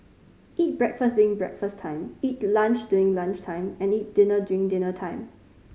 eat breakfast during breakfast time eat lunch during lunch time and eat dinner during dinner time